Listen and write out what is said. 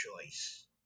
choice